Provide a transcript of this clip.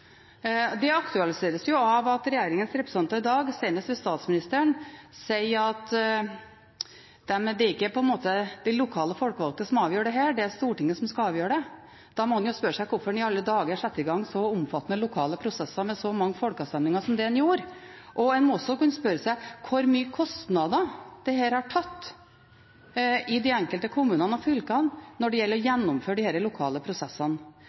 Det aktualiseres jo av at regjeringens representanter, senest statsministeren, i dag sier at det ikke er de lokale folkevalgte som avgjør dette, det er Stortinget som skal avgjøre det. Da må en jo spørre seg hvorfor i alle dager en setter i gang så omfattende lokale prosesser med så mange folkeavstemninger som det en gjorde, og en må også kunne spørre seg om hvor store kostnader dette har utgjort i de enkelte kommunene og fylkene når det gjelder å gjennomføre disse lokale prosessene.